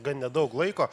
gan nedaug laiko